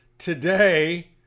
Today